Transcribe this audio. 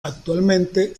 actualmente